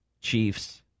Chiefs